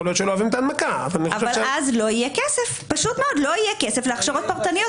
אבל אז לא יהיה כסף להכשרות פרטניות,